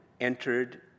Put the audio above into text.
entered